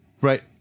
Right